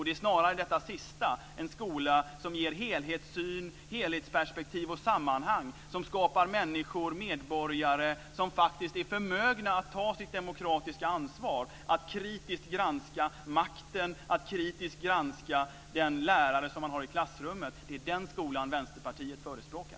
Det är snarare detta sista: en skola som ger en helhetssyn, helhetsperspektiv och sammanhang, en skola som skapar människor som är förmögna att ta sitt demokratiska ansvar, att kritiskt granska makten och kritiskt granska den lärare man har i klassrummet. Det är den skolan Vänsterpartiet förespråkar.